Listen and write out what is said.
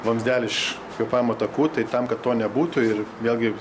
vamzdelį iš kvėpavimo takų tai tam kad to nebūtų ir vėlgi